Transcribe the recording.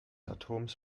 atoms